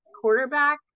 quarterback